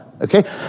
okay